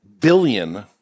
billion